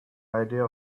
idea